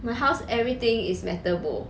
my house everything is metal bowl